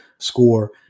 score